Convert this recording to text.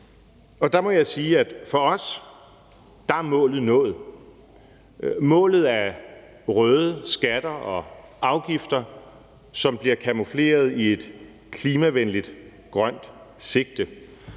og der må jeg sige, at målet af røde skatter og afgifter, som bliver camoufleret i et klimavenligt grønt sigte,